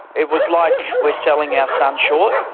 it was like we're selling our son short.